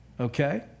Okay